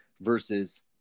Versus